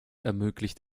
ermöglicht